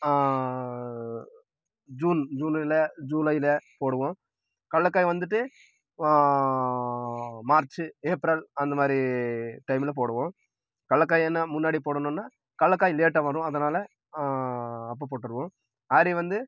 June ஜூலையில் ஜூலையில் போடுவோம் கடலக்காய் வந்துட்டு மார்ச் ஏப்ரல் அந்த மாதிரி டைமில் போடுவோம் கடலக்காய்னா முன்னாடி போடணும்னால் கடலக்காய் லேட்டாக வரும் அதனால் அப்போ போட்டுருவோம் ராகி வந்து